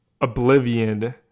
Oblivion